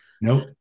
Nope